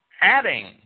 adding